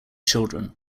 children